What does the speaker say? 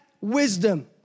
wisdom